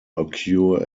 occur